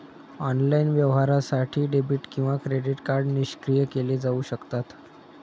online व्यवहारासाठी debit किंवा credit card निष्क्रिय केले जाऊ शकतात